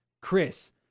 chris